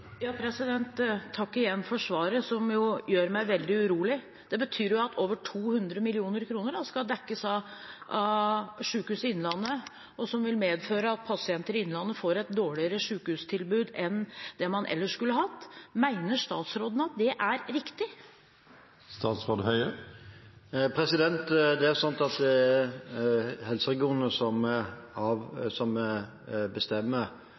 Takk igjen for svaret, som gjør meg veldig urolig. Det betyr jo at over 200 mill. kr skal dekkes av Sykehuset Innlandet, noe som vil medføre at pasienter i Innlandet får et dårligere sykehustilbud enn man ellers skulle hatt. Mener statsråden at det er riktig? Det er helseregionene som bestemmer fordelingen av midlene de får tildelt av